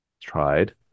tried